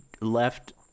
left